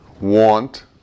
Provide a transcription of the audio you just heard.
want